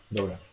Dobra